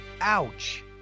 Ouch